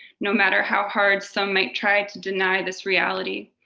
no matter how hard some might try to deny this reality,